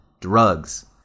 drugs